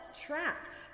trapped